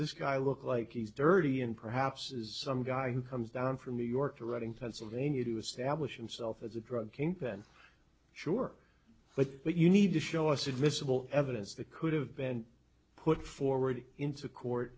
this guy look like he's dirty and perhaps is some guy who comes down from new york to run in pennsylvania to establish himself as a drug kingpin sure but what you need to show us admissible evidence that could have been put forward into court